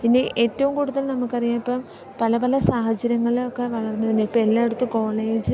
പിന്നെ ഏറ്റവും കൂടുതൽ നമുക്ക് അറിയാം ഇപ്പം പല പല സാഹചര്യങ്ങൾ ഒക്കെ വളർന്നു വരുന്നു ഇപ്പം എല്ലായിടത്തും കോളേജ്